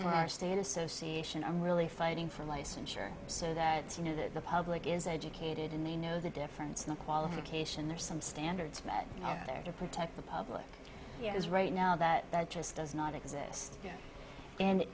for our stay in association i'm really fighting for licensure so that you know that the public is educated and they know the difference in the qualification there are some standards met out there to protect the public is right now that that just does not exist